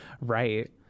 right